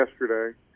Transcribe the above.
yesterday